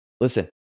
listen